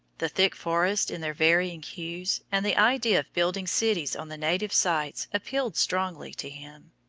the thick forests in their varying hues, and the idea of building cities on the native sites appealed strongly to him.